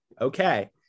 Okay